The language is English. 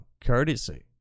courtesy